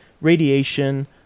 radiation